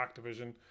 Activision